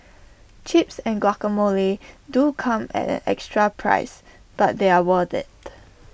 chips and guacamole do come at an extra price but they're worth IT